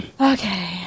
Okay